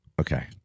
Okay